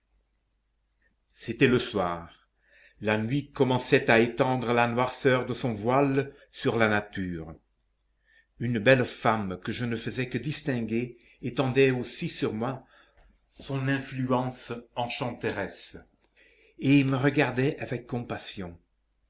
c'était le soir la nuit commençait à étendre la noirceur de son voile sur la nature une belle femme que je ne faisais que distinguer étendait aussi sur moi son influence enchanteresse et me regardait avec compassion